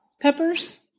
peppers